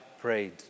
prayed